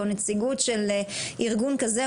או נציגות של ארגון כזה,